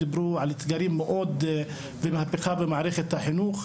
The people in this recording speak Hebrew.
דיברו על אתגרים ועל מהפכה במערכת החינוך.